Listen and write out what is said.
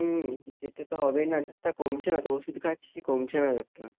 হুম যেতে তো হবেই কমছে না তো ওষুধ খাচ্ছি কমছে না জ্বরটা